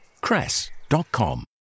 cress.com